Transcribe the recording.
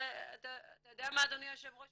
ואתה יודע מה אדוני היושב ראש,